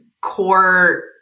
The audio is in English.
core